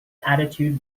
attitude